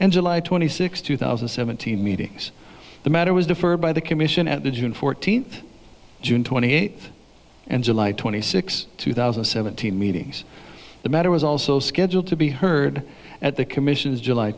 and july twenty sixth two thousand and seventeen meetings the matter was deferred by the commission at the june fourteenth june twenty eighth and july twenty sixth two thousand and seventeen meetings the matter was also scheduled to be heard at the commission's july